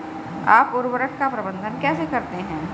आप उर्वरक का प्रबंधन कैसे करते हैं?